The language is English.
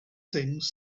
things